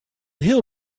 heel